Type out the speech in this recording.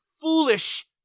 foolish